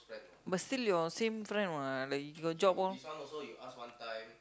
but still your same friend what like you got job all